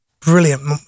brilliant